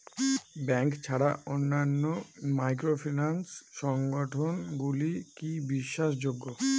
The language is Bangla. ব্যাংক ছাড়া অন্যান্য মাইক্রোফিন্যান্স সংগঠন গুলি কি বিশ্বাসযোগ্য?